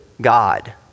God